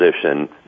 position